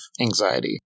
anxiety